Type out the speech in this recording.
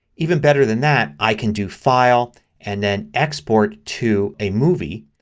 even better than that i can do file and then export to a movie.